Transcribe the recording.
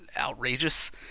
outrageous